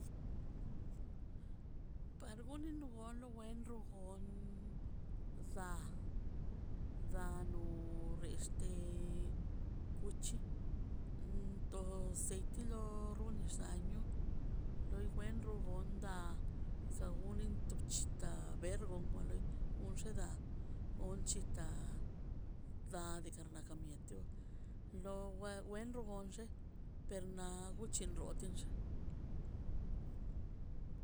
Par guno no gol wen rugo za zanu reste kuchito seiti lo runis año loi wen rugon da wuzu gonin to bchita bel xgan lo loi unxe da onlchita da dikarka mieto lo lawergondos perna guchen totenlle